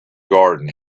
garden